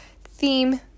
theme